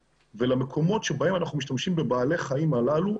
ולמקומות שבהם אנחנו משתמשים בבעלי החיים הללו,